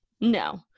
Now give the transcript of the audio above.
No